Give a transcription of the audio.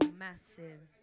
massive